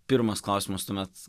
pirmas klausimas tuomet